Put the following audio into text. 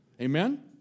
amen